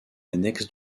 annexe